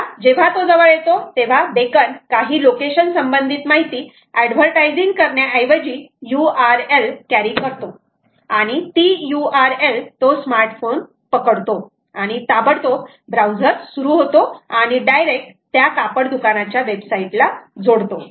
आता जेव्हा तो जवळ येतो तेव्हा बेकन काही लोकेशन संबंधित माहिती एडव्हर्टायझिंग करण्याऐवजी यू आर एल कॅरी करतो आणि ती यू आर एल तो स्मार्टफोन पकडतो आणि ताबडतोब ब्राउझर सुरु होतो आणि डायरेक्ट त्या कापड दुकानाच्या वेबसाईट ला जोडतो